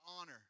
honor